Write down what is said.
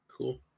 Cool